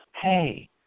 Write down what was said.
Hey